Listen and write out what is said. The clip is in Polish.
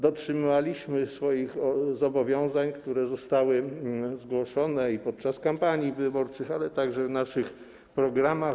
Dotrzymywaliśmy swoich zobowiązań, które zostały zgłoszone podczas kampanii wyborczych, ale także w naszych programach.